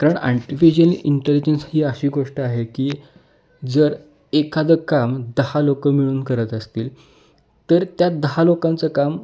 कारण artificial intelligence ही अशी गोष्ट आहे की जर एखादं काम दहा लोकं मिळून करत असतील तर त्या दहा लोकांचं काम